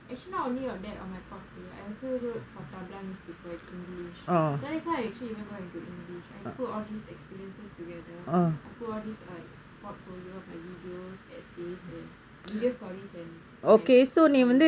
actually not only on that on my portfolio I also wrote for tabla newspaper in english so that's how I can actually even got into english I put all these experiences together I put all this uh portfolios my videos my essays and video stories and my stories